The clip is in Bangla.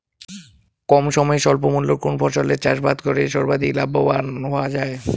কম সময়ে স্বল্প মূল্যে কোন ফসলের চাষাবাদ করে সর্বাধিক লাভবান হওয়া য়ায়?